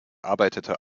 arbeitete